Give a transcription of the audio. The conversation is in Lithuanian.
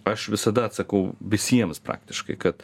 aš visada atsakau visiems praktiškai kad